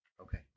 Okay